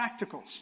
practicals